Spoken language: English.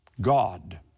God